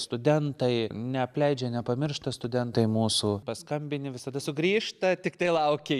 studentai neapleidžia nepamiršta studentai mūsų paskambini visada sugrįžta tiktai lauki